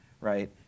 right